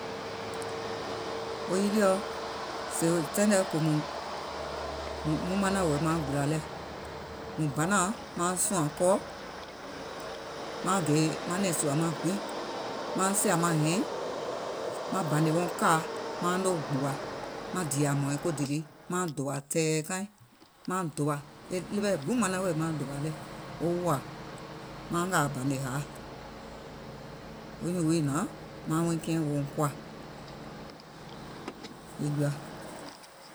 Wo yilìɔ sèèìm kòm e taìŋ muŋ manàŋ wèè mauŋ gbìlà mùŋ banàuŋ mauŋ sùà kɔɔ, mauŋ gè manɛ̀ŋ sùà maŋ gbiŋ mauŋ vàì maŋ hɛiŋ, maŋ bànè wɔŋ kàa mauŋ noo gbùwà maŋ dììyà hmɔ̀ɔ̀ɛŋ ko dìlìi mauŋ dòwà tɛ̀ɛ̀ kaiŋ, mauŋ dòwà, mauŋ dòwà ɗewe kiiɛ̀ gbiŋ manaŋ mauŋ dòwà lɛ, mauŋ ngàà bànè hàa, wo nyùùŋ wii hnàŋ mauŋ wuŋ kiɛ̀ŋ wo koà, è jùà.